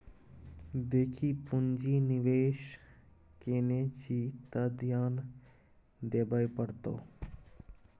देखी पुंजी निवेश केने छी त ध्यान देबेय पड़तौ